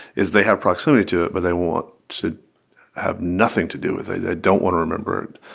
is they have proximity to it, but they want to have nothing to do with it. they don't want to remember.